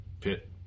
Pit